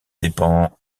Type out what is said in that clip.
dépend